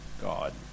God